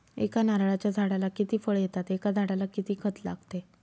एका नारळाच्या झाडाला किती फळ येतात? एका झाडाला किती खत लागते?